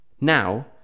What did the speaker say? Now